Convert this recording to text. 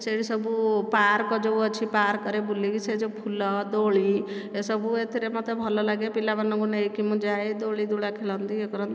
ସେଇଠି ସବୁ ପାର୍କ ଯେଉଁ ଅଛି ପାର୍କରେ ବୁଲିକି ସେ ଯେଉଁ ଫୁଲ ଦୋଳି ଏସବୁ ଏଥିରେ ମୋତେ ଭଲ ଲାଗେ ପିଲାମାନଙ୍କୁ ନେଇକି ମୁଁ ଯାଏ ଦୋଳି ଦୋଳା ଖେଳନ୍ତି ୟେ କରନ୍ତି